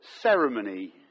ceremony